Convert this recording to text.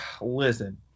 listen